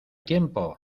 tiempo